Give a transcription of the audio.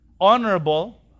honorable